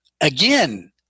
again